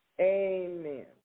Amen